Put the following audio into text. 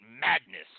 madness